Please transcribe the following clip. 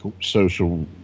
social